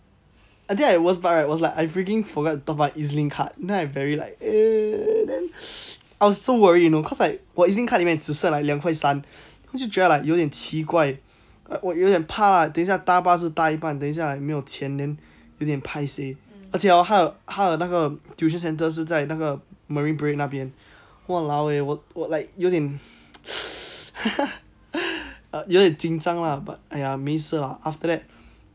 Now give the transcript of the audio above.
I think I worst part right was like I freaking forget to top up EZ-link card then I very like err then I was so worried you know cause like 我 EZ-link card 里面只剩两块三然后就觉得 like 有点奇怪我有点怕等一下搭巴士搭一半等一下 like 没有钱 then 有点 paiseh 而且 hor 她的她的那个 tuition centre 是在那个 marine parade 那边 !walao! eh 我我 like 有点 有点紧张啦 but !aiya! 没事啦 after that